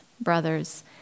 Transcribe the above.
brothers